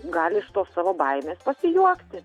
gali iš tos savo baimės pasijuokti